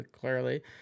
clearly